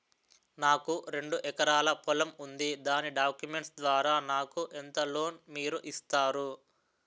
నాకు రెండు ఎకరాల పొలం ఉంది దాని డాక్యుమెంట్స్ ద్వారా నాకు ఎంత లోన్ మీరు ఇస్తారు?